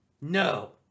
No